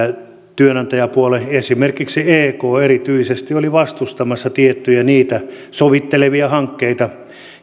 työnantajapuoli esimerkiksi ek erityisesti oli vastustamassa niitä tiettyjä sovittelevia hankkeita